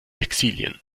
textilien